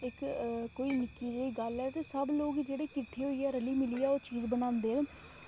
ते कोई निक्की जेही गल्ल ऐ सब लोक किट्ठे होइयै रली मिलियै ओह् चीज़ मनांदे न